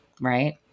Right